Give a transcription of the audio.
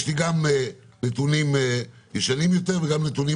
יש לי גם נתונים ישנים יותר וגם נתונים